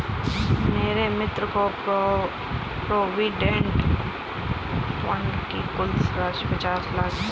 मेरे मित्र के प्रोविडेंट फण्ड की कुल राशि पचास लाख थी